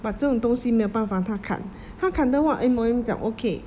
but 这种东西没有办法他砍他砍的话 M_O_M 讲 okay